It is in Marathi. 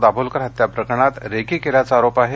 दाभोळकर हत्या प्रकरणात रेकी केल्याचा आरोप आहे